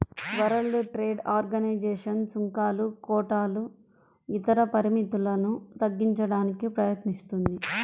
world Trade Organization సుంకాలు, కోటాలు ఇతర పరిమితులను తగ్గించడానికి ప్రయత్నిస్తుంది